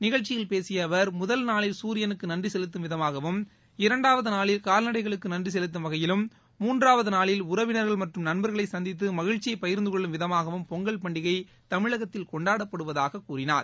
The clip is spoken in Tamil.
நிகழ்ச்சியில் பேசிய அவர் முதல் நாளில் சூரியனுக்கு நன்றி செலுத்தும் விதமாகவும் இரண்டாவது நாளில் கால்நடைகளுக்கு நன்றி செலுத்தும் வகையிலும் மூன்றாவது நாளில் உறவினர்கள் மற்றும் நண்பர்களை சந்தித்து மகிழ்ச்சியை பகிர்ந்து கொள்ளும் விதமாகவும் பொங்கல் பண்டிகை தமிழகத்தில் கொண்டாடப்படுவதாக கூறினார்